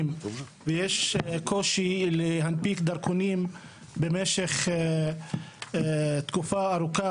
ויש קושי להנפיק דרכונים במשך תקופה ארוכה,